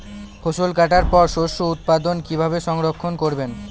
ফসল কাটার পর শস্য উৎপাদন কিভাবে সংরক্ষণ করবেন?